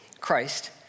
Christ